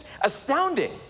astounding